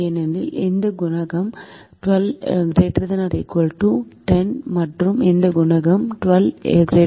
ஏனெனில் இந்த குணகம் 12 ≥ 10 மற்றும் இந்த குணகம் 12 ≥ 9